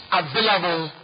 available